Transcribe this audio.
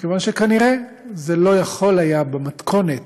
כי כנראה זה לא יכול היה, במתכונת